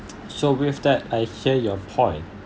so with that I hear your point